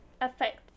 affect